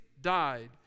died